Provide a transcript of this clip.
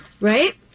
Right